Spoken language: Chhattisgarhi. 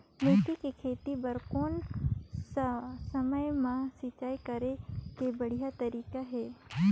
मेथी के खेती बार कोन सा समय मां सिंचाई करे के बढ़िया तारीक हे?